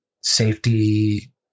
safety